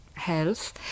health